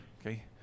Okay